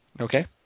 Okay